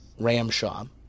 Ramshaw